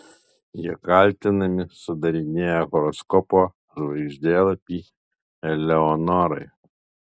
jie kaltinami sudarinėję horoskopo žvaigždėlapį eleonorai